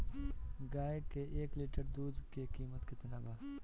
गाय के एक लिटर दूध के कीमत केतना बा?